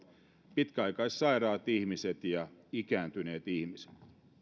pitkäaikaissairaat ihmiset ja ikääntyneet ihmiset